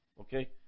Okay